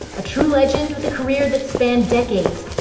a true legend with a career that's spanned decades,